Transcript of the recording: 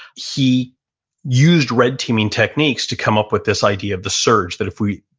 he used red teaming techniques to come up with this idea of the surge that if we,